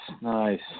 nice